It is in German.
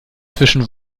zwischen